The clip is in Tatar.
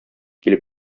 килеп